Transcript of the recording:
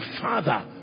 father